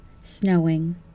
snowing